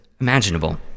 imaginable